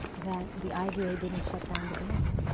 that the iva didn't shut down the bank.